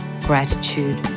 Gratitude